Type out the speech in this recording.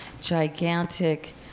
gigantic